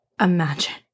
Imagine